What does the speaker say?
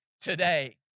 today